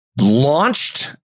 launched